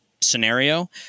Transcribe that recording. scenario